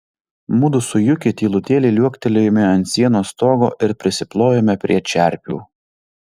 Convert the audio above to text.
mudu su juki tylutėliai liuoktelėjome ant sienos stogo ir prisiplojome prie čerpių